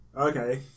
Okay